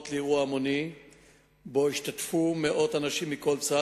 לאירוע המוני שהשתתפו בו מאות אנשים מכל צד,